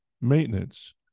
maintenance